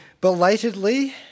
belatedly